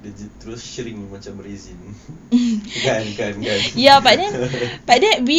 dia terus shrink macam raisin kan kan